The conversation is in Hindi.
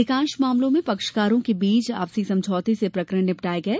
अधिकांश मामलों में पक्षकारों के बीच आपसी समझौते से प्रकरण निपटाये गये